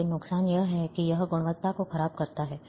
लेकिन नुकसान यह है कि यह गुणवत्ता को खराब करता है